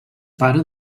pare